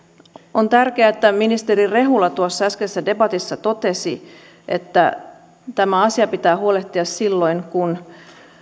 on tärkeää että ministeri rehula tuossa äskeisessä debatissa totesi että tämä asia pitää huolehtia silloin kun